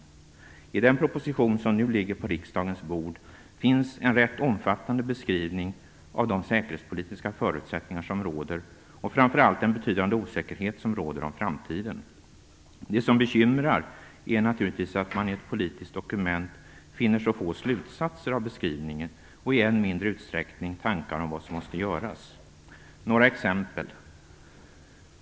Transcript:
I den proposition som nu ligger på riksdagens bord finns en rätt omfattande beskrivning av de säkerhetspolitiska förutsättningar som råder, och framför allt av den betydande osäkerhet som råder om framtiden. Det som bekymrar är naturligtvis att man i ett politiskt dokument finner så få slutsatser av beskrivningen och i än mindre utsträckning tankar om vad som måste göras. Låt mig ta några exempel.